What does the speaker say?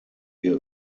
wir